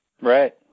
Right